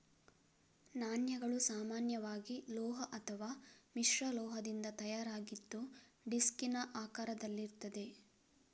ನಾಣ್ಯಗಳು ಸಾಮಾನ್ಯವಾಗಿ ಲೋಹ ಅಥವಾ ಮಿಶ್ರಲೋಹದಿಂದ ತಯಾರಾಗಿದ್ದು ಡಿಸ್ಕಿನ ಆಕಾರದಲ್ಲಿರ್ತದೆ